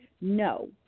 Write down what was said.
No